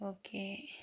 okay